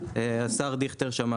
השר דיכטר שמע,